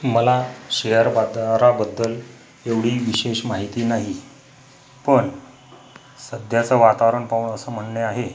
मला शेयर बाजाराबद्दल एवढी विशेष माहिती नाही पण सध्याचं वातावरण पाहून असं म्हणणे आहे